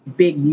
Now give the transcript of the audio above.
big